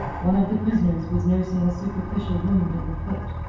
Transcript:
one of the prisoners was nursing a superficial wound in the foot.